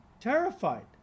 terrified